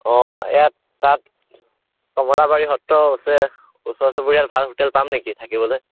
অ' ইয়াত তাত কমলাবাৰী সত্ৰ আছে ওচৰ চুবুৰীয়াত ভাল হোটেল পাম নেকি থাকিবলৈ